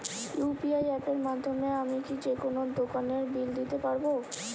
UPI অ্যাপের মাধ্যমে আমি কি যেকোনো দোকানের বিল দিতে পারবো?